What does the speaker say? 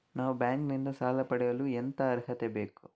ನಾವು ಬ್ಯಾಂಕ್ ನಿಂದ ಸಾಲ ಪಡೆಯಲು ಎಂತ ಅರ್ಹತೆ ಬೇಕು?